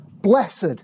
Blessed